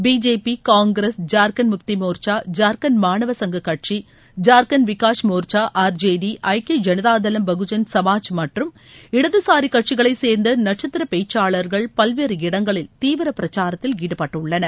BJP Congress Jharkhand Mukti Morcha Jharkhand மாணவர் சங்க கட்சி ஜார்கண்ட் விகாஷ் மோர்ச்சா ஆர்ஜேடி ஐக்கிய ஜனதாதளம் பகுஜன் சமாஜ் மற்றும் இடதுசாரிக்கட்சிகளைச்சேர்ந்த நட்சத்திர பேச்சாளர்கள் பல்வேறு இடங்களில் தீவிர பிரச்சாரத்தில் ஈடுபட்டுள்ளனர்